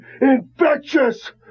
infectious